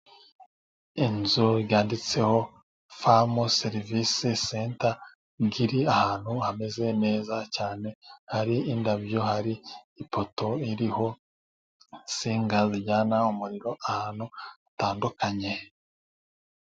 Inzu yanditseho famu serivise senta ngo iri ahantu hameze neza cyane hari indabyo hari ipoto iriho insinga zijyana umuriro ahantu hatandukanye.